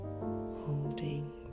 Holding